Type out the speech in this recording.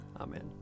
Amen